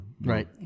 right